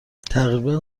تقریبا